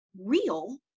real